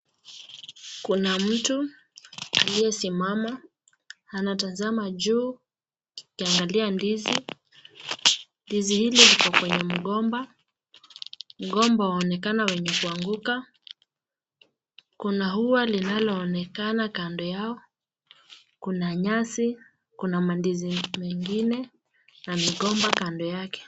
Kuna mtu aliyesimama anatazama juu akiangalia ndizi. Ndizi hili liko kwenye mgomba. Mgomba waonekana wenye kuanguka. Kuna ua linaloonekana kando yao, kuna nyasi, kuna mandizi mengine na migomba kando yake.